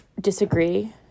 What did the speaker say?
disagree